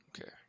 Okay